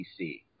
PC